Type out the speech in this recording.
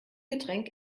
getränk